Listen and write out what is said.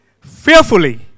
fearfully